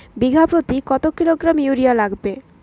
বিঘাপ্রতি কত kilogram urea লাগবে?